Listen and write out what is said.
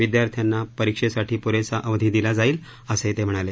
विद्यार्थ्यांना परीक्षेसाठी प्रेसा अवधी दिला जाईल असंही ते म्हणाले